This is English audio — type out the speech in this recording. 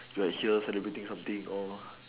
you at here celebrating something oh